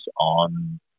on